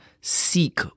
seek